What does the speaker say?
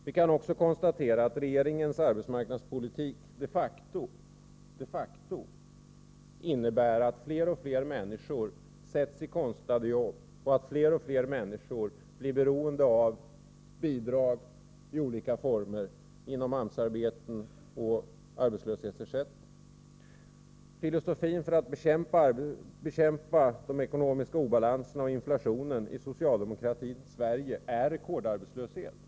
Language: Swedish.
Vi kan också konstatera att regeringens arbetsmarknadspolitik de facto innebär att fler och fler människor sätts i konstlade jobb och att fler och fler människor blir beroende av bidrag i olika former genom AMS-arbeten och arbetslöshetsersättning. Filosofin när det gäller att bekämpa den ekonomiska obalansen och inflationen i socialdemokratins Sverige är att man skall ha rekordarbetslöshet.